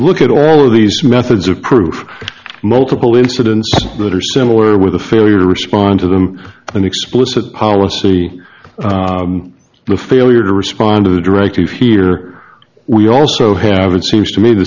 look at all of these methods of proof of multiple incidents that are similar with a failure to respond to them an explicit policy the failure to respond to the directive here we also have it seems to me the